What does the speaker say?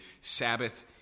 Sabbath